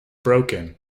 broken